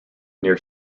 near